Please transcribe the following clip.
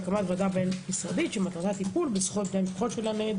הקמת ועדה בין משרדית שמטרתה טיפול בזכויות של הנעדרים.